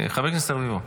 חבר הכנסת רביבו.